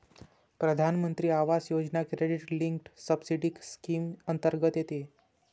प्रधानमंत्री Awas Yojana credit linked subsidy scheme अंतर्गत येते